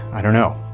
i don't know.